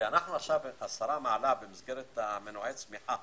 אנחנו עכשיו השרה מעלה במסגרת מנועי צמיחה